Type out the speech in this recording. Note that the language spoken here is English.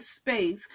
space